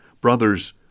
Brothers